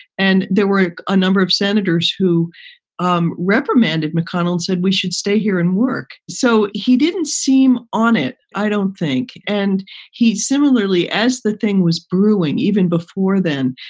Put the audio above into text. and there were a number of senators who um reprimanded mcconnell said we should stay here and work. so he didn't seem on it. i don't think. and he's similarly as the thing was brewing even before then.